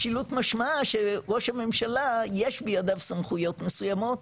משילות משמע שראש הממשלה יש בידיו סמכויות מסוימות,